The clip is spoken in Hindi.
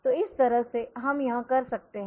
तो इस तरह से हम यह कर सकते है